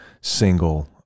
single